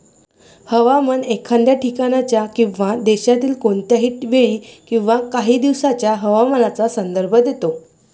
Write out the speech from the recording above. हवामान एखाद्या ठिकाणाच्या किंवा देशातील कोणत्याही वेळी किंवा काही दिवसांच्या हवामानाचा संदर्भ देते